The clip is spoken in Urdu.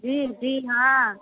جی جی ہاں